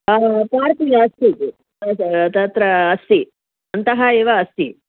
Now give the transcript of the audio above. party अस्ति इति तत्र अस्ति अन्तः एव अस्ति